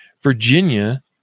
Virginia